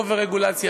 אובר-רגולציה,